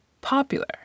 popular